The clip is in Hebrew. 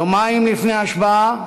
יומיים לפני ההשבעה,